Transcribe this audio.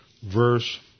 Verse